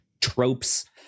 tropes